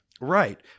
right